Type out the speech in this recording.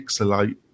pixelate